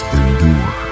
endure